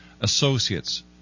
associates